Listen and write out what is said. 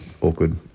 awkward